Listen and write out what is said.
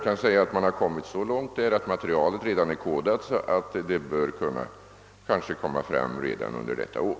Man har där hunnit så långt att materialet redan är kodat och det bör därför komma fram redan under detta år.